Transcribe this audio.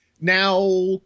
Now